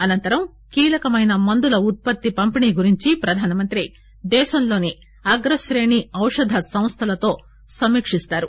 అనంతరం కీలకమైన మందుల ఉత్పత్తి పంపిణీ గురించి ప్రధానమంత్రి దేశంలోని అగ్రశ్రేణి ఔషధ సంస్థలతో సమీక్షించనున్నారు